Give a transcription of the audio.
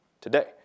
today